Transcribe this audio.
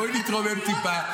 בואי נתרומם טיפה,